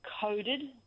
coded